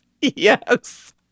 Yes